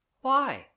Why